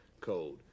code